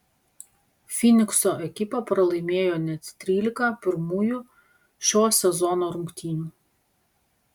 fynikso ekipa pralaimėjo net trylika pirmųjų šio sezono rungtynių